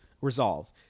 resolve